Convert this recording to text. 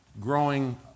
growing